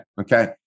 Okay